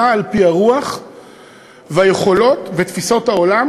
על-פי הרוח והיכולות ותפיסות העולם